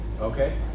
Okay